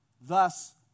Thus